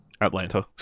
Atlanta